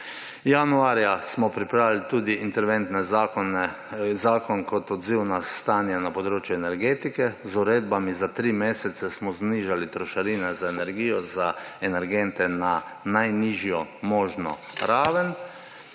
Januarja smo pripravili tudi interventni zakon kot odziv na stanje na področju energetike, z uredbami smo za tri mesece znižali trošarine za energijo, za energente na najnižjo možno raven.